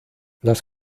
las